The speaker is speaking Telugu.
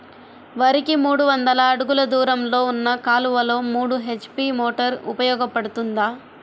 వరికి మూడు వందల అడుగులు దూరంలో ఉన్న కాలువలో మూడు హెచ్.పీ మోటార్ ఉపయోగపడుతుందా?